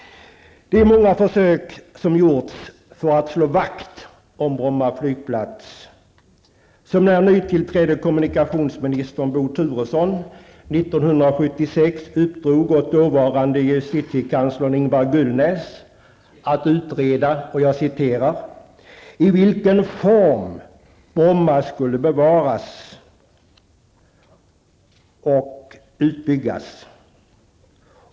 Det har gjorts många försök till att slå vakt om Gullnäs att utreda ''i vilken form Bromma skulle bevaras och utbyggas''.